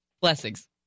blessings